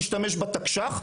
בתקש"ח.